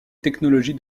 technologie